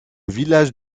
village